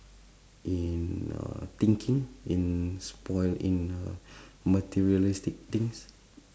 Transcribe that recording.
in uh thinking in spoilt in uh materialistic things